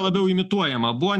labiau imituojama buvo